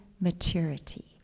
maturity